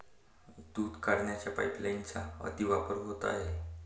दूध काढण्याच्या पाइपलाइनचा अतिवापर होत आहे